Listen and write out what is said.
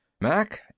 Mac